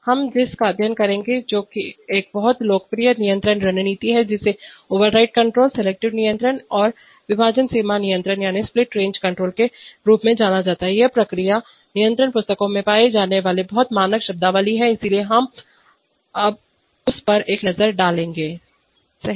हम जिस का अध्ययन करेंगे जो एक बहुत लोकप्रिय नियंत्रण रणनीति है जिसे ओवरराइड कंट्रोल सिलेक्टिव नियंत्रण और विभाजन सीमा नियंत्र के रूप में जाना जाता है ये प्रक्रिया नियंत्रण पुस्तकों में पाए जाने वाले बहुत मानक शब्दावली हैं इसलिए हम उस पर एक नज़र डालेंगे सही